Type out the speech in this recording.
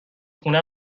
خونه